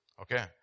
okay